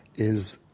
is,